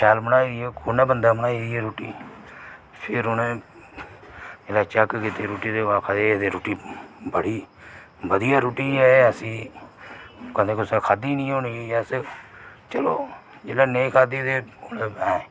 शैल बनाई दी ऐ कुन्नै बंदे बनाई दी ऐ रुट्टी फिर उनें जेल्लै चेक कीती रुट्टी ते उनें आखेआ ऐ ते रुट्टी बड़ी बढिया रुट्टी ऐ ऐसी कदें कुतै आसें खाद्धी नेईं होनी ऐ चलो जेल्लै नेईं खाद्धी ते हून ऐ